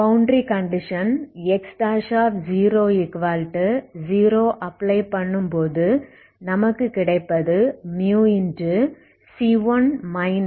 boundary condition X00 apply பண்ணும்போது நமக்கு கிடைப்பது c1 c20ஆகும்